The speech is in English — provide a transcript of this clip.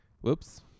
Whoops